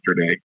yesterday